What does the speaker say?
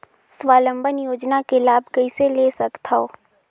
स्वावलंबन योजना के लाभ कइसे ले सकथव?